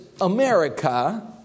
America